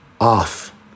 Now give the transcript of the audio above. off